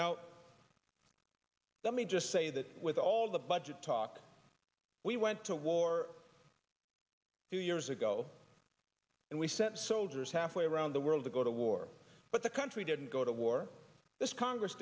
now let me just say that with all the budget talk we went to war two years ago and we sent soldiers halfway around the world to go to war but the country didn't go to war this congress